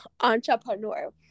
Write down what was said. entrepreneur